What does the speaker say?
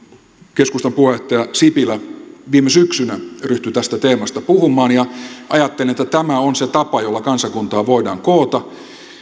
keskustan puheenjohtaja sipilä viime syksynä ryhtyi tästä teemasta puhumaan ja ajattelin että tämä on se tapa jolla kansakuntaa voidaan koota